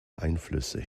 einflüsse